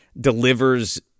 delivers